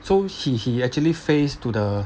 so he he actually face to the